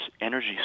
energy